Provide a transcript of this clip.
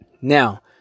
now